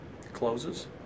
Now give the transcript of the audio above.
closes